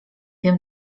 wiem